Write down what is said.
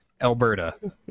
Alberta